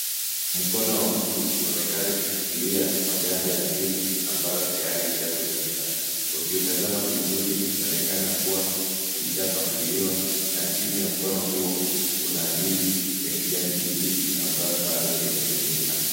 Mkono wa mtu unaonekana ikishikilia maganda ya ndizi ambayo tayari ishatumika. Ukiutazama vizuri inaonekana kuwa ishapasuliwa na chini ya mkono huo kuna ndizi ya kijani kibichi ambayo bado haijatumika.